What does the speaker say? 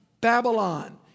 Babylon